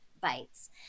bites